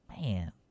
man